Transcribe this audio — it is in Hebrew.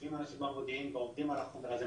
יושבים אנשים במודיעין ועובדים על החומר הזה,